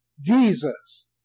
Jesus